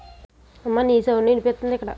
వరి ని కోయడానికి వాడే యంత్రం ఏంటి?